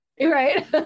right